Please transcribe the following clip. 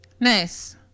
Nice